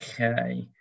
Okay